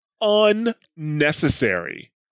unnecessary